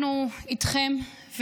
אנחנו איתכם,